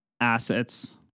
assets